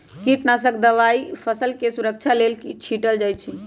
कीटनाशक दवाई फसलके सुरक्षा लेल छीटल जाइ छै